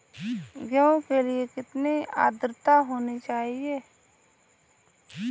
गेहूँ के लिए कितनी आद्रता होनी चाहिए?